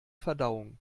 verdauung